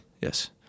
yes